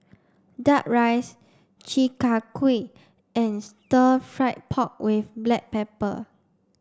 duck rice Chi Kak Kuih and stir fried pork with black pepper